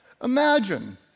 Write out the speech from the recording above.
Imagine